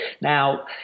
Now